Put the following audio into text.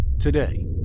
today